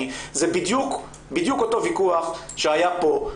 זה בדיוק אותו ויכוח שהיה פה,